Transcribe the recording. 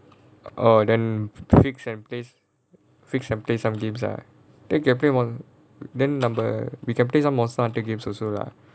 oh then fixed a place fixed and play some games ah then can play one then number we can play some more starter games also lah